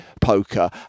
poker